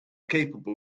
capable